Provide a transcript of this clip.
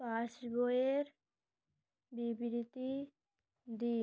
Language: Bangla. পাস বইয়ের বিবৃতি দিন